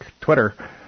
Twitter